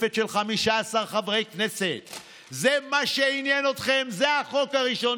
שמטפל, זה המון אנשים.